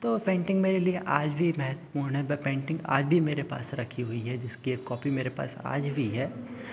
तो पेंटिंग मेरे लिए आज भी महत्वपूर्ण है वो पेंटिंग आज भी मेरे पास रखी हुई है जिसकी एक कॉपी मेरे पास आज भी है